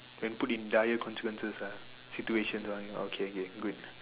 when put in dire consequences ah situation or anything okay okay good